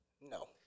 No